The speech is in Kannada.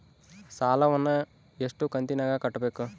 ಸಾಲವನ್ನ ಎಷ್ಟು ಕಂತಿನಾಗ ಕಟ್ಟಬೇಕು?